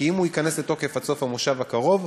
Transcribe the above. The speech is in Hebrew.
כי אם הוא ייכנס לתוקף עד סוף-המושב הקרוב,